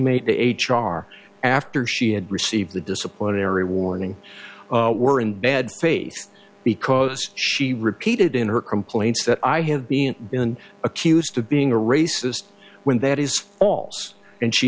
made the h r after she had received the disciplinary warning were in bad faith because she cheated in her complaints that i have being been accused of being a racist when that is false and she